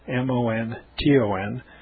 M-O-N-T-O-N